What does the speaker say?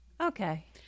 Okay